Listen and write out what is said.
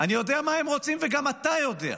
אני יודע מה הם רוצים, וגם אתה יודע.